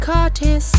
Curtis